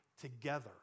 together